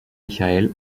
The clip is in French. michael